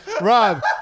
Rob